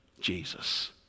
Jesus